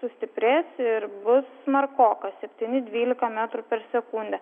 sustiprės ir bus smarkokas septyni dvylika metrų per sekundę